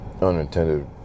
unintended